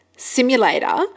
simulator